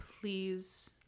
Please